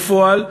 בפועל,